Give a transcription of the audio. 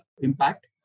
impact